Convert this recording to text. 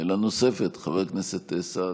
שאלה נוספת, חבר הכנסת סעדי.